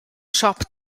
siop